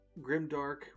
Grimdark